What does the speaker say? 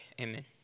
amen